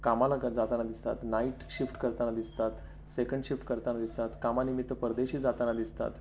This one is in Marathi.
कामाला का जाताना दिसतात नाईट शिफ्ट करताना दिसतात सेकंड शिफ्ट करताना दिसतात कामानिमित्त परदेशी जाताना दिसतात